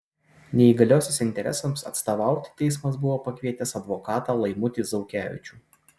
neįgaliosios interesams atstovauti teismas buvo pakvietęs advokatą laimutį zaukevičių